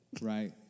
right